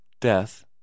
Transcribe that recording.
death